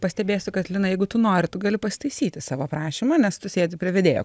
pastebėsiu kad lina jeigu tu nori tu gali pasitaisyti savo prašymą nes tu sėdi prie vedėjo